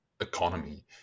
economy